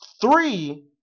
Three